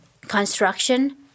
construction